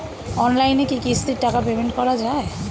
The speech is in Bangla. অনলাইনে কি কিস্তির টাকা পেমেন্ট করা যায়?